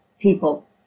people